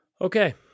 Okay